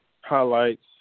highlights